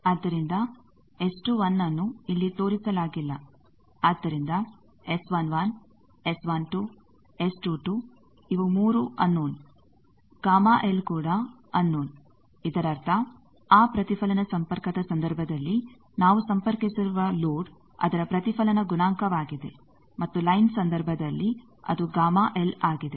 ಆದ್ದರಿಂದ S21⋅ ನ್ನು ಇಲ್ಲಿ ತೋರಿಸಲಾಗಿಲ್ಲ ಆದ್ದರಿಂದ ಇವು 3 ಅನ್ನೋನ ಕೂಡ ಅನ್ನೋನ ಇದರರ್ಥ ಆ ಪ್ರತಿಫಲನ ಸಂಪರ್ಕದ ಸಂದರ್ಭದಲ್ಲಿ ನಾವು ಸಂಪರ್ಕಿಸಿರುವ ಲೋಡ್ ಅದರ ಪ್ರತಿಫಲನ ಗುಣಾಂಕವಾಗಿದೆ ಮತ್ತು ಲೈನ್ ಸಂದರ್ಭದಲ್ಲಿ ಅದು ಆಗಿದೆ